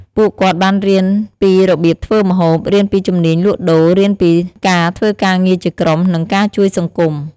ពួកគាត់បានរៀនពីរបៀបធ្វើម្ហូប រៀនពីជំនាញលក់ដូរ រៀនពីការធ្វើការងារជាក្រុម និងការជួយសង្គម។